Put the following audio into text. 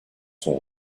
sont